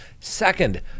Second